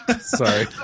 Sorry